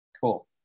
Cool